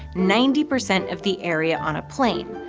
ninety percent of the area on a plane,